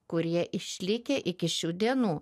kurie išlikę iki šių dienų